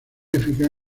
eficaz